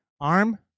arm